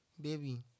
baby